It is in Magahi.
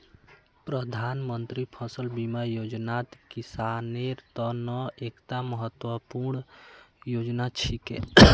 प्रधानमंत्री फसल बीमा योजनात किसानेर त न एकता महत्वपूर्ण योजना छिके